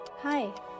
hi